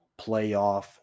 playoff